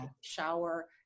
shower